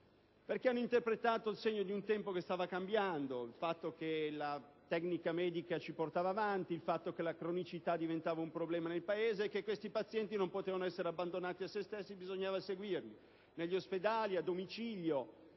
hanno interpretato il segno di un tempo che stava cambiando: la tecnica medica ci portava avanti, la cronicità diventava un problema nel Paese, questi pazienti non potevano essere abbandonati a se stessi e bisognava seguirli, negli ospedali, a domicilio,